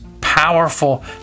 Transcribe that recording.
powerful